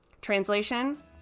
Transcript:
Translation